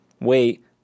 Wait